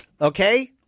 Okay